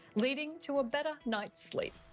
leading to a better night's sleep.